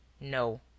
No